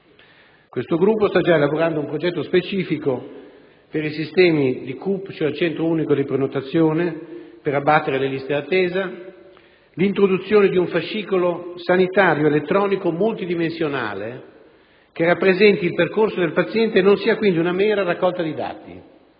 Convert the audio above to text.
Questo gruppo sta già elaborando un progetto specifico per i sistemi di CUP (Centro unico di prenotazione) per abbattere le liste di attesa, l'introduzione di un fascicolo sanitario elettronico multidimensionale che rappresenti il percorso del paziente e non sia quindi una mera raccolta di dati